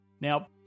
Now